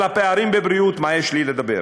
על הפערים בבריאות מה יש לי לדבר?